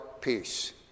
peace